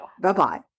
bye-bye